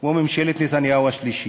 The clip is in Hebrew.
כמו ממשלת נתניהו השלישית.